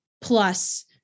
plus